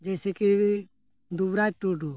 ᱡᱮᱭᱥᱮ ᱠᱤ ᱫᱩᱵᱨᱟᱡᱽ ᱴᱩᱰᱩ